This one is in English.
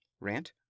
Rant